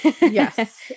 Yes